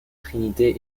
trinité